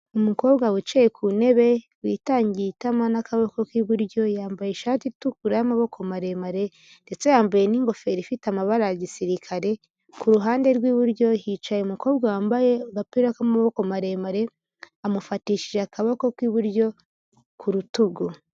Umukobwa wicaye ku ntebe witangiye itama n'akabokoko k'iburyo, yambaye ishati itukura y'amaboko maremare ndetse yambaye n'ingofero ifite amabara ya gisirikare, ku ruhande rw'iburyo hicaye umukobwa wambaye agapira k'amaboko maremare, amufatishije akaboko k'iburyo ku rutugu.